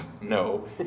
no